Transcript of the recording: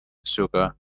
sugar